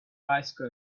bicycles